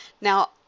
Now